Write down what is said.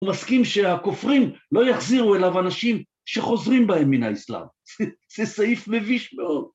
הוא מסכים שהכופרים לא יחזירו אליו אנשים שחוזרים בהם מן האסלאם. זה סעיף מביש מאוד.